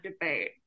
debate